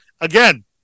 Again